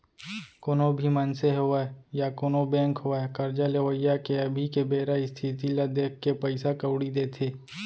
कोनो भी मनसे होवय या कोनों बेंक होवय करजा लेवइया के अभी के बेरा इस्थिति ल देखके पइसा कउड़ी देथे